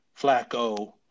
Flacco